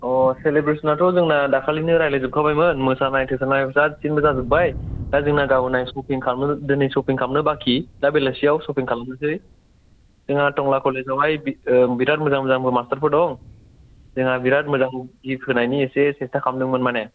अह सेलिब्रेसनाथ' जोंना दाखालिनो रायलायजोबखाबाय मोन मोसानाय थेसानाय गासिबो जाजोबबाय दा जोंना गाबोनहाय सपिं खालामनो दिनै सपिं खालामनो बाकि दा बेलासिआव सपिं खालामनोसै जोंहा टंला कलेजआव हाय बिराट मोजां मोजांफोर मास्टारफोर दं जोंहा बिरात मोजां गिफ्ट होनायनि बि सेस्ता खालामदोंमोन माने